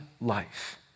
life